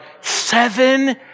seven